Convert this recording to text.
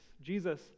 Jesus